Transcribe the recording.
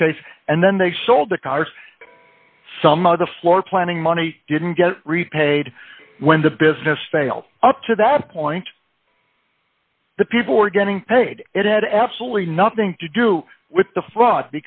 this case and then they sold the car so some of the floor planning money didn't get repaid when the business failed up to that point the people were getting paid it had absolutely nothing to do with the fraud